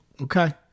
Okay